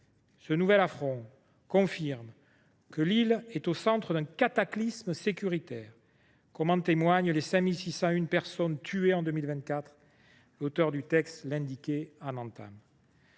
Ce nouvel affrontement confirme que l’île est au centre d’un cataclysme sécuritaire, comme en témoignent les 5 601 personnes tuées en 2024. L’auteure du texte l’a rappelé